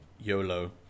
yolo